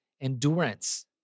endurance